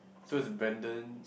so is Brandon